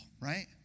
right